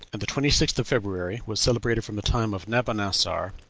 and the twenty sixth of february was celebrated from the time of nabonassor,